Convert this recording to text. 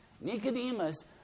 Nicodemus